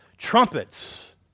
trumpets